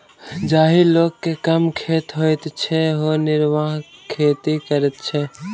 जाहि लोक के कम खेत होइत छै ओ निर्वाह खेती करैत छै